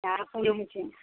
सएह कहै छै